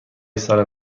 سال